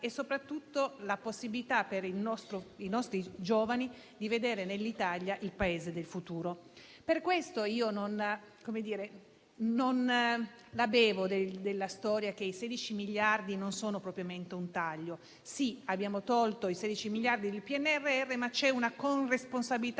e soprattutto la possibilità, per i nostri giovani, di vedere nell'Italia il Paese del futuro. Per questo non la bevo la storia che i 16 miliardi di euro non sono propriamente un taglio. In realtà abbiamo tolto i 16 miliardi di euro dal PNRR, ma c'è una corresponsabilità,